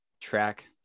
track